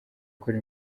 gukora